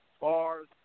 bars